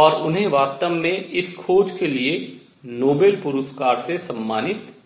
और उन्हें वास्तव में इस खोज के लिए नोबेल पुरस्कार से सम्मानित किया गया